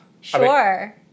Sure